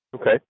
Okay